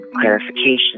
clarification